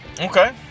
Okay